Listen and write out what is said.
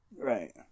right